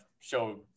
show